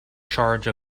charge